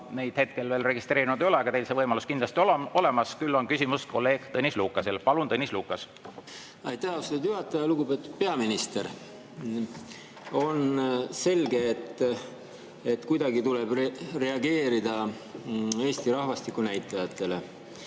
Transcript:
ole hetkel veel registreerinud. Neil see võimalus on kindlasti olemas. Küll on aga küsimus kolleeg Tõnis Lukasel. Palun, Tõnis Lukas! Aitäh, austatud juhataja! Lugupeetud peaminister! On selge, et kuidagi tuleb reageerida Eesti rahvastikunäitajatele.